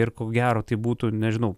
ir ko gero tai būtų nežinau